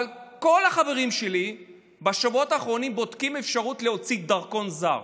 כל החברים שלי בשבועות האחרונים בודקים אפשרות להוציא דרכון זר.